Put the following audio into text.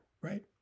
right